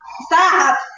Stop